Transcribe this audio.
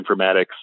informatics